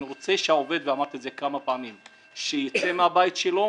אני רוצה שהעובד יצא מהבית שלו